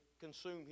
consume